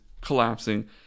collapsing